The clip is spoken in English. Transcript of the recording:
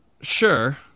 Sure